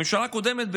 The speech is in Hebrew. הממשלה הקודמת,